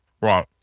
Wrong